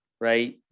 right